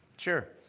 sure,